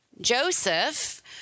Joseph